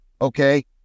okay